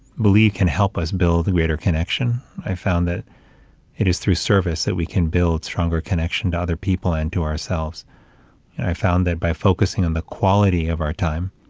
believe can help us build the greater connection. i found that it is through service that we can build stronger connection to other people and to ourselves. and i found that by focusing on the quality of our time,